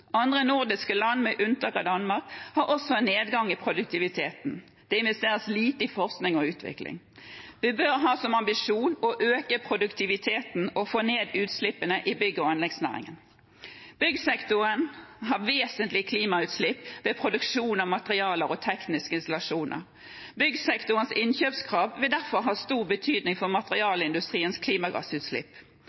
Andre nordiske land, med unntak av Danmark, har også en nedgang i produktiviteten. Det investeres lite i forskning og utvikling. Vi bør ha som ambisjon å øke produktiviteten og få ned utslippene i bygg- og anleggsnæringen. Byggsektoren har vesentlige klimagassutslipp ved produksjon av materialer og tekniske installasjoner. Byggsektorens innkjøpskrav vil derfor ha stor betydning for materialindustriens klimagassutslipp.